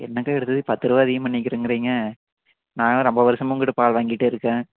என்னக்கா இது பத்து ரூபா அதிகம் பண்ணிக்கறேன்ங்குறிங்க நாங்கள் ரொம்ப வருஷமாக உங்கள் கிட்ட பால் வாங்கிகிட்டு இருக்கேன்